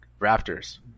raptors